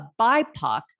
BIPOC